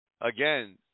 again